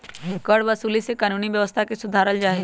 करवसूली से कानूनी व्यवस्था के सुधारल जाहई